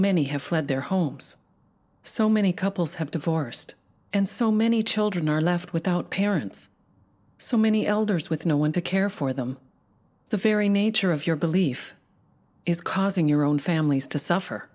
many have fled their homes so many couples have divorced and so many children are left without parents so many elders with no one to care for them the very nature of your belief is causing your own families to suffer